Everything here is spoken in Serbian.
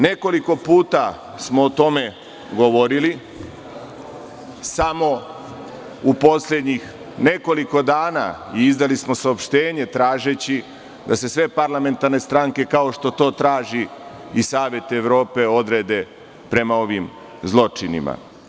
Nekoliko puta smo o tome govorili samo u poslednjih nekoliko dana i izdali smo saopštenje tražeći da se sve parlamentarne stranke, kao što to traži i Savet Evrope, odrede prema ovim zločinima.